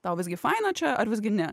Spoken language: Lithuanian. tau visgi faina čia ar visgi ne